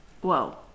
Whoa